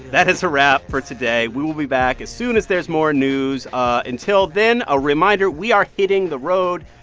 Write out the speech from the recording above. that is a wrap for today. we will be back as soon as there's more news. until then, a reminder we are hitting the road.